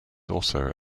also